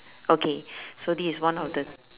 okay so this is one of the